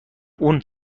اون